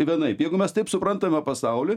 vienaip jeigu mes taip suprantame pasaulį